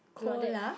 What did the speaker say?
Cola